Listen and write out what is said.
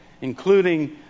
including